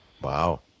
Wow